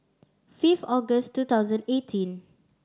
fifth August two thousand eighteen